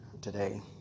today